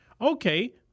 Okay